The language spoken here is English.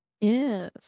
Yes